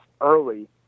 early